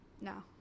No